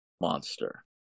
monster